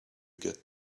get